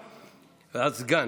הסגן.